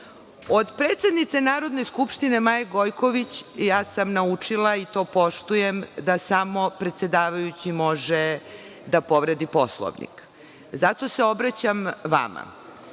predsednice Narodne skupštine Maje Gojković ja sam naučila, i to poštujem, da samo predsedavajući može da povredi Poslovnik. Zato se obraćam vama.